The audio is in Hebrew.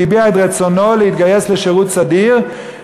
והביע את רצונו להתגייס לשירות סדיר,